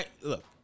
Look